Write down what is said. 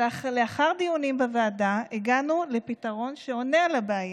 אבל לאחר דיונים בוועדה הגענו לפתרון שעונה על הבעיה.